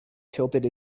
tilted